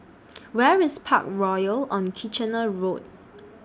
Where IS Parkroyal on Kitchener Road